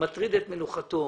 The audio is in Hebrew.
מטריד את מנוחתו,